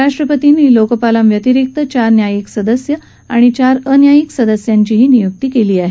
राष्ट्रपतीनी लोकपालां व्यक्तीरिक्त चार न्यायिक सदस्य आणि चार अन्यायिक सदस्याची नियुक्तीही केली आहे